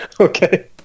Okay